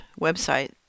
website